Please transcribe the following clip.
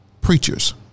Preachers